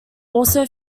also